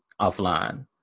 offline